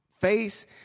face